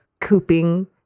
Cooping